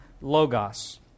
logos